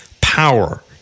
power